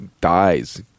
dies